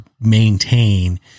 maintain